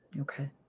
Okay